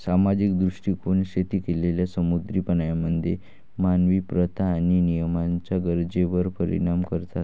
सामाजिक दृष्टीकोन शेती केलेल्या समुद्री प्राण्यांमध्ये मानवी प्रथा आणि नियमांच्या गरजेवर परिणाम करतात